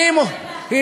שנותנת יותר מאחרים.